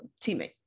teammate